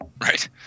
Right